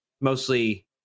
mostly